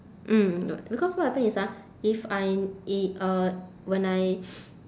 mm because what happen is ah if I i~ uh when I